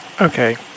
Okay